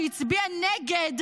כשהצביעה נגד